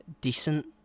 decent